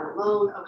alone